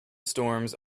storms